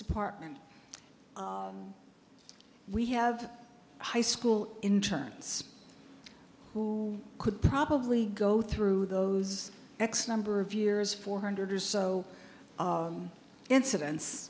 department we have high school in terms who could probably go through those x number of years four hundred or so inciden